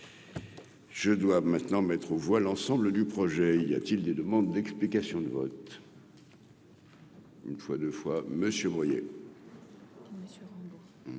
Je dois maintenant mettre aux voix l'ensemble du projet il y a-t-il des demandes d'explications de vote. Une fois deux fois Monsieur Bruillet.